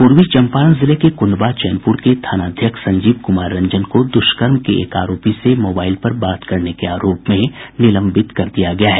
पूर्वी चम्पारण जिले के कुंडवा चैनपुर के थानाध्यक्ष संजीव कुमार रंजन को दुष्कर्म के एक आरोपी से मोबाईल पर बात करने के आरोप में निलंबित कर दिया गया है